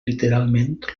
literalment